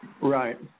Right